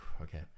okay